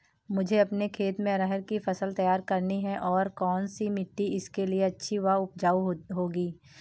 मुझे अपने खेत में अरहर की फसल तैयार करनी है और कौन सी मिट्टी इसके लिए अच्छी व उपजाऊ होगी?